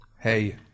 Hey